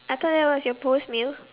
I thought that was your post meal